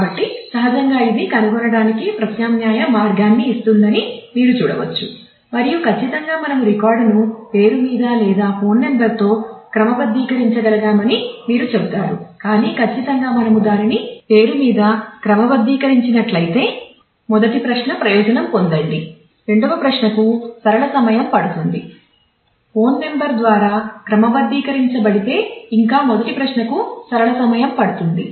కాబట్టి సహజంగా ఇది కనుగొనటానికి ప్రత్యామ్నాయ మార్గాన్ని ఇస్తుందని మీరు చూడవచ్చు మరియు ఖచ్చితంగా మనము రికార్డును పేరు మీద లేదా ఫోన్ నంబర్తో క్రమబద్ధీకరించగలిగామని మీరు చెబుతారు కాని ఖచ్చితంగా మనము దానిని పేరు మీద క్రమబద్ధీకరించినట్లయితే మొదటి ప్రశ్న ప్రయోజనం పొందండి రెండవ ప్రశ్నకు సరళ సమయం పడుతుంది ఫోన్ నంబర్ ద్వారా క్రమబద్ధీకరించబడితే ఇంకా మొదటి ప్రశ్నకు సరళ సమయం పడుతుంది